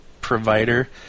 provider